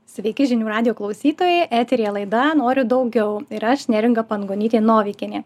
sveiki žinių radijo klausytojai eteryje laida noriu daugiau ir aš neringa pangonytė novikienė